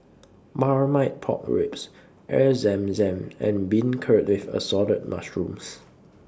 Marmite Pork Ribs Air Zam Zam and Beancurd with Assorted Mushrooms